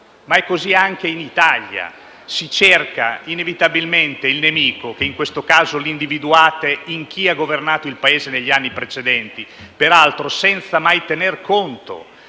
ma è così anche in Italia: si cerca inevitabilmente il nemico, che in questo caso individuate in chi ha governato il Paese negli anni precedenti, peraltro senza mai tener conto